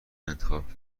انتخاب